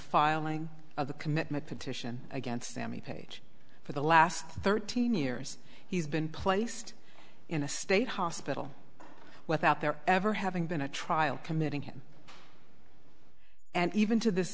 filing of the commitment petition against sammy page for the last thirteen years he's been placed in a state hospital without there ever having been a trial committing him and even to this